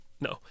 No